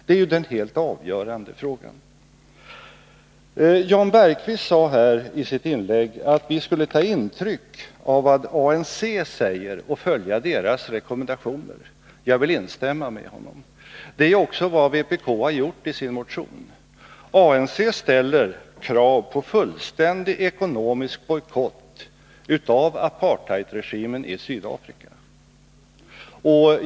Det är den helt avgörande frågan. Jan Bergqvist sade i sitt inlägg att vi skulle ta intryck av vad ANC säger och följa dess rekommendationer. Jag vill instämma med Jan Bergqvist. Detta är också vad vpk har sagt i sin motion. ANC ställer krav på fullständig ekonomisk bojkott av apartheidregimen i Sydafrika.